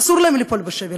אסור להם ליפול בשבי.